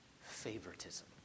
favoritism